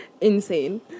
insane